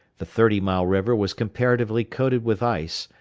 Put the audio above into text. the thirty mile river was comparatively coated with ice,